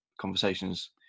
conversations